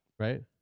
Right